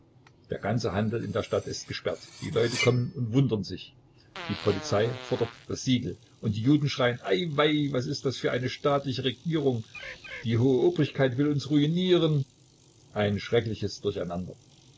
der ganze handel in der stadt ist gesperrt die leute kommen und wundern sich die polizei fordert das siegel und die juden schreien ai wai was ist das für eine staatliche regierung die hohe obrigkeit will uns ruinieren ein schreckliches durcheinander